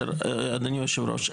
אדוני יושב הראש,